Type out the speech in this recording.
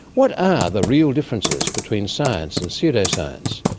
what are the real differences between science and pseudoscience,